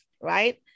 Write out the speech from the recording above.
Right